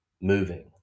moving